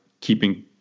keeping